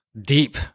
Deep